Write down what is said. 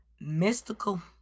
mystical